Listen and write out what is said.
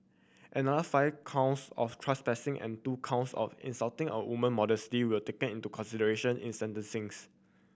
another five counts of trespassing and two counts of insulting a woman modesty were taken into consideration in sentencings